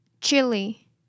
chili